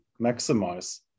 maximize